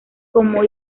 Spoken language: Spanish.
como